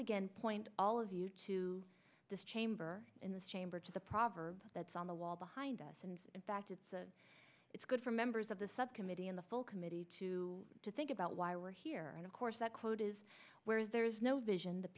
again point all of you to this chamber in this chamber to the proverb that's on the wall behind us and in fact it's a it's good for members of the subcommittee and the full committee to to think about why we're here and of course that quote is where there is no vision th